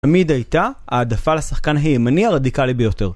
תמיד הייתה העדפה לשחקן הימני הרדיקלי ביותר